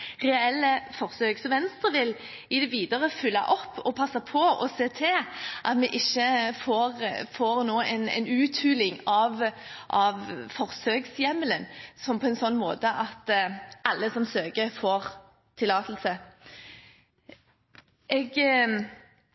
reelle forsøk. Venstre vil videre følge opp, passe på og se til at vi ikke nå får en uthuling av forsøkshjemmelen på en sånn måte at alle som søker, får tillatelse. Jeg